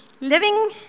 living